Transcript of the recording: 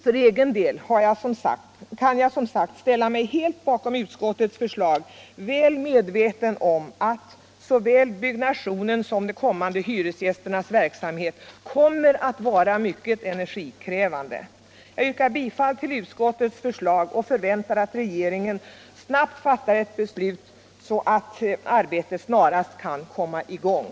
För egen del kan jag som sagt helt ställa mig bakom utskottets förslag, väl medveten om att såväl byggnationen som de blivande hyresgästernas verksamhet kommer att vara mycket energikrävande. Jag yrkar bifall till utskottets hemställan och förväntar mig att regeringen snabbt fattar ett beslut så att arbetet snarast kan komma i gång.